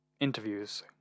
interviews